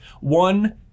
one